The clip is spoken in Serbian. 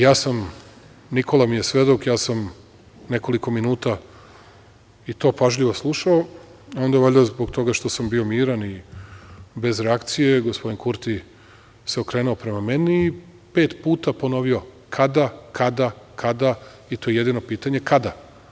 Ja sam, Nikola mi je svedok, ja sam nekoliko minuta i to pažljivo slušao, onda valjda zbog toga što sam bio miran i bez reakcije, gospodin Kurti se okrenuo prema meni i pet puta ponovio – kada, kada, kada, i to je jedino pitanje – kada?